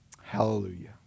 Hallelujah